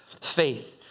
faith